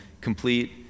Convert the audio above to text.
complete